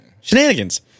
Shenanigans